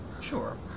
Sure